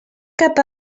cap